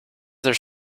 there